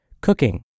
cooking